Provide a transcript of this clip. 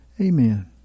amen